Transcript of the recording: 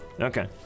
Okay